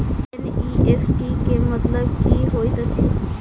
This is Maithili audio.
एन.ई.एफ.टी केँ मतलब की होइत अछि?